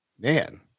man